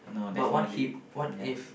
but what if what if